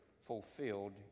fulfilled